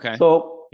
Okay